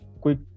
quick